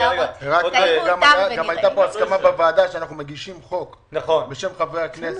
הייתה הסכמה בוועדה שאנחנו מגישים חוק בשם חברי הכנסת,